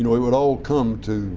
you know it would all come to